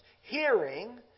hearing